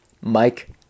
Mike